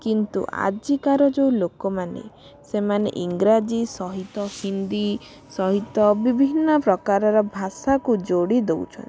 କିନ୍ତୁ ଆଜିକାର ଯେଉଁ ଲୋକମାନେ ସେମାନେ ଇଂରାଜୀ ସହିତ ହିନ୍ଦୀ ସହିତ ବିଭିନ୍ନ ପ୍ରକାରର ଭାଷାକୁ ଯୋଡ଼ି ଦଉଛନ୍ତି